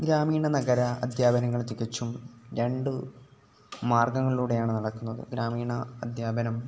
ഗ്രാമീണ നഗര അദ്ധ്യാപനങ്ങളിൽ തികച്ചും രണ്ട് മാർഗ്ഗങ്ങളിലൂടെയാണ് നടക്കുന്നത് ഗ്രാമീണ അദ്ധ്യാപനം